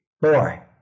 Boy